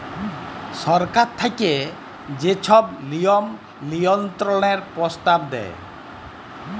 সরকার থ্যাইকে যে ছব লিয়ম লিয়ল্ত্রলের পরস্তাব দেয়